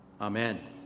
Amen